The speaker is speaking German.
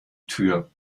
tür